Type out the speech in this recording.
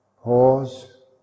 pause